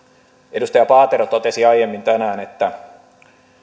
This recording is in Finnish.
edustaja paatero totesi aiemmin tänään että